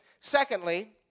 Secondly